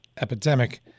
Epidemic